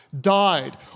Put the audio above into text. died